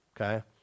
okay